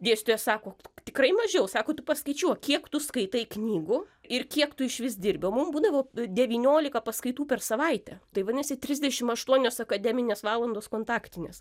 dėstytoja sako tikrai mažiau sako tu paskaičiuok kiek tu skaitai knygų ir kiek tu išvis dirbi o mum būdavo devyniolika paskaitų per savaitę tai vanasi trisdešim aštuonios akademinės valandos kontaktinės